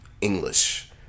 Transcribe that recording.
English